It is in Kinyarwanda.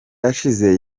ashize